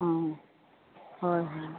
অঁ হয় হয়